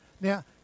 Now